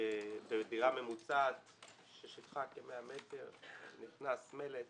שבדירה ממוצעת ששטחה כ-100 מטר נכנס מלט